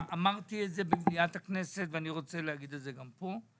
אמרתי את זה במליאת הכנסת ואני רוצה להגיד את זה גם פה: